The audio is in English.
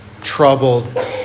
troubled